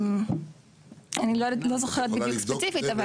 אני לא זוכרת בדיוק ספציפית.